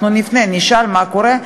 אנחנו נפנה, נשאל מה קורה.